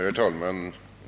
Herr talman!